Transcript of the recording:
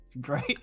great